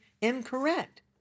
incorrect